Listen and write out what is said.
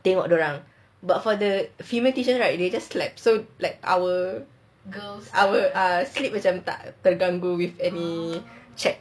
they walk around but for the female teachers right they just slept so like our girls sleep macam tak terganggu with any check